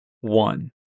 one